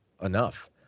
enough